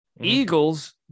Eagles